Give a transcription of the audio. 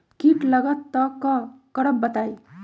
कीट लगत त क करब बताई?